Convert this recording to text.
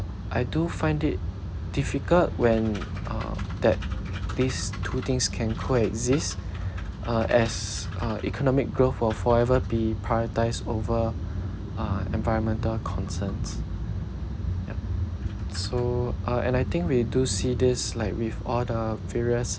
I do find it difficult when uh that these two things can coexist uh as uh economic growth will forever be prioritised over uh environmental concerns yup so uh and I think we do see this like with all the various